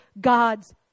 God's